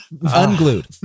unglued